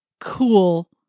cool